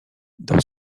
dans